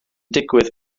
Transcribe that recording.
digwydd